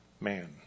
man